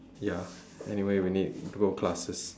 ya anyway we need go classes